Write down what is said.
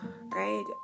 right